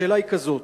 השאלה היא כזאת: